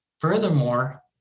Furthermore